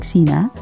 Sina